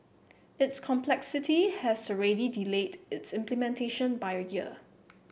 its complexity has already delayed its implementation by a year